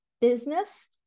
business